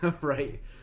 Right